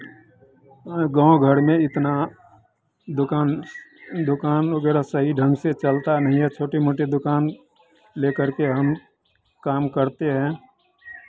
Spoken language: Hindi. गाँव घर में इतना दुकान दुकान वगैरह सही ढंग से चलता नहीं है छोटी मोटी दुकान ले करके हम काम करते हैं